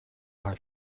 are